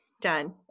Done